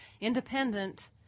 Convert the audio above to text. independent